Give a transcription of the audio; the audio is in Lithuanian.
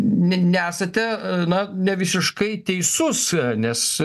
ne nesate na nevisiškai teisus nes